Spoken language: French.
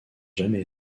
jamais